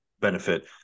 benefit